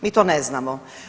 Mi to ne znamo.